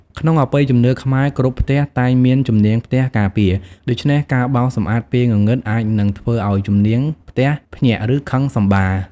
ក្នុងអបិយជំនឿខ្មែរ គ្រប់ផ្ទះតែងមានជំនាងផ្ទះការពារ ដូច្នេះការបោសសម្អាតពេលងងឹតអាចនឹងធ្វើឱ្យជំនាងផ្ទះភ្ញាក់ ឬខឹងសម្បារ។